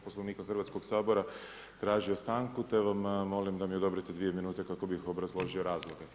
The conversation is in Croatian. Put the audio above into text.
Poslovnika Hrvatskog sabora tražio stanku, te vam molim da mi odobrite 2 min kako bi obrazložio razloge.